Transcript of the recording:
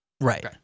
right